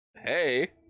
Hey